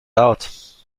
out